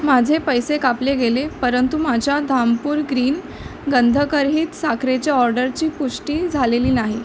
माझे पैसे कापले गेले परंतु माझ्या धामपूर ग्रीन गंधकरीत साखरेच्या ऑर्डरची पुष्टी झालेली नाही